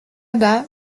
bas